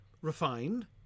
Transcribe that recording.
refined